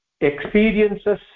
experiences